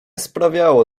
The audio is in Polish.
sprawiało